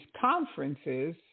conferences